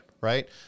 Right